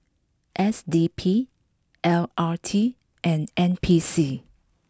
S D P L R T and N P C